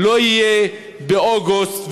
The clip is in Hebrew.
ושלא יהיה באוגוסט,